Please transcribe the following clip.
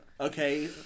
Okay